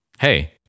Hey